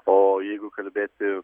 o jeigu kalbėti